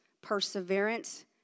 perseverance